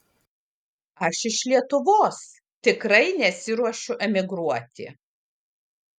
aš iš lietuvos tikrai nesiruošiu emigruoti